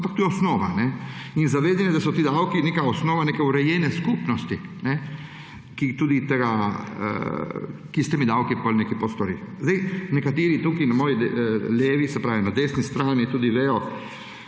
ampak to je osnova in zavedanje, da so ti davki neka osnova neke urejene skupnosti, ki potem s temi davki kaj postori. Nekateri tukaj na moji levi, se pravi na desni strani, tudi vedo